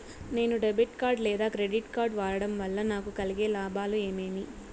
నేను debit card లేదా credit card వాడడం వల్ల నాకు కలిగే లాభాలు ఏమేమీ?